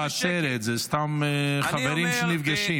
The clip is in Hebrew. זו לא הפגנה ולא עצרת, זה סתם חברים שנפגשים.